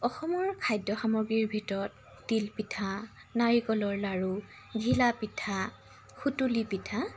অসমৰ খাদ্য সামগ্ৰীৰ ভিতৰত তিল পিঠা নাৰিকলৰ লাৰু ঘিলা পিঠা সুতুলি পিঠা